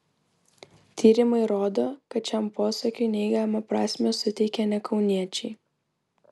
tyrimai rodo kad šiam posakiui neigiamą prasmę suteikia ne kauniečiai